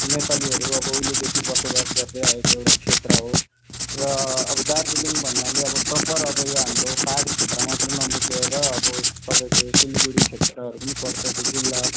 नेपालीहरू अब उहिलेदेखि बसोबास गर्दै आएको एउटा क्षेत्र हो र अब दार्जिलिङ भन्नाले अब प्रपर यहाँ हाम्रो पहाडी क्षेत्र मात्र नबुझेर अब तपाईँको यो सिलगढी क्षेत्रहरू पनि पर्छ जिल्ला